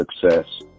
success